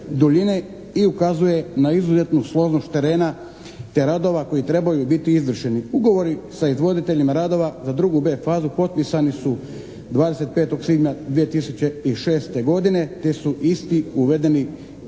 i ukazuje na izuzetnu složnost terena te radova koji trebaju biti izvršeni. Ugovori sa izvoditeljima radova za drugu B fazu potpisani su 25. svibnja 2006. godine te su isti uvedeni